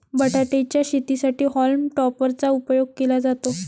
बटाटे च्या शेतीसाठी हॉल्म टॉपर चा उपयोग केला जातो